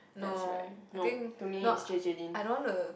that's right nope to me is J J Lin